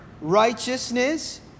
righteousness